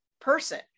person